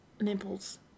nipples